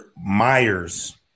Myers